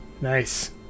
Nice